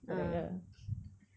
correct ah